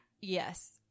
yes